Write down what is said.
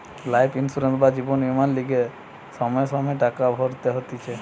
life insurance বা জীবন বীমার লিগে সময়ে সময়ে টাকা ভরতে হতিছে